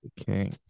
Okay